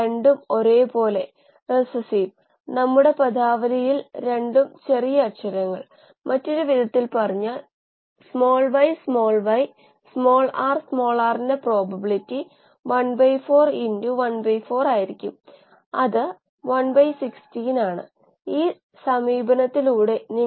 അതിനാൽ നിലവിലുള്ള പ്രക്രിയ മെച്ചപ്പെടുത്തുന്നതിനുള്ള തന്ത്രങ്ങൾ ഇടത്തരം ഘടനയിലെ മാറ്റങ്ങൾ ഉദാഹരണത്തിന് അതേ ഘടകങ്ങളുടെ ഒരു പുതിയ ബാച്ച് പോലും സ്കെയിൽ ഡൌൺ തലത്തിൽ പരീക്ഷിക്കപ്പെടുന്നു